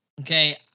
Okay